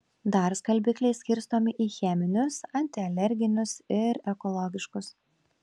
dar skalbikliai skirstomi į cheminius antialerginius ir ekologiškus